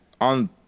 on